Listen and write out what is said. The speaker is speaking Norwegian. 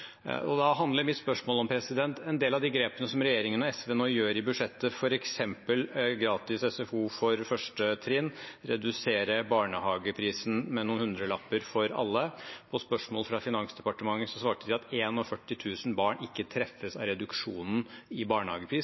Da handler mitt spørsmål om en del av de grepene som SV og regjeringen nå gjør i budsjettet, f.eks. gratis SFO for første trinn og å redusere barnehageprisen med noen hundrelapper for alle. På spørsmål til Finansdepartementet svarte de at 41 000 barn ikke treffes av reduksjonen i barnehagepris